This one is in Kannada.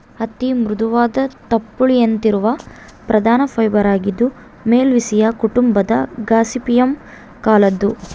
ಹತ್ತಿ ಮೃದುವಾದ ತುಪ್ಪುಳಿನಂತಿರುವ ಪ್ರಧಾನ ಫೈಬರ್ ಆಗಿದ್ದು ಮಾಲ್ವೇಸಿಯೇ ಕುಟುಂಬದ ಗಾಸಿಪಿಯಮ್ ಕುಲದ್ದು